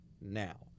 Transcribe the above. now